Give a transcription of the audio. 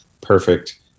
perfect